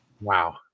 Wow